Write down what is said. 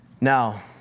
Now